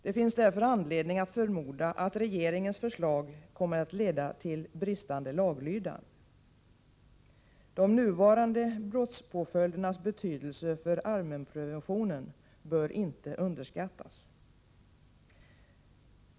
Det finns därför anledning att förmoda att regeringens förslag kommer att leda till bristande laglydnad. De nuvarande brottspåföljdernas betydelse för allmänpreventionen bör inte underskattas.